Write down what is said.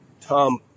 Tom